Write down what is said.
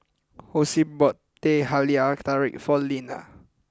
Hosea bought Teh Halia Tarik for Leanna